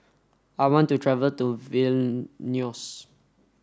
I want to travel to Vilnius